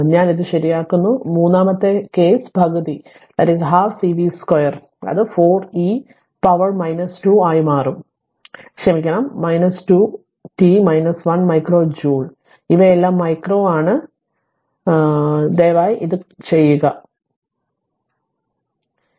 ഞാൻ അത് ശരിയാക്കുന്നു മൂന്നാമത്തെ കേസ് പകുതി C v2 അത് 4 e പവറിന് 2 ആയി മാറും ക്ഷമിക്കണം 2 t 1 മൈക്രോ ജൂൾ ഇവയെല്ലാം മൈക്രോ ആണ് ദയവായി ഇത് ചെയ്യുക ഞാൻ ഒരു ലളിതമായ കാര്യത്തിനായി ചെയ്തു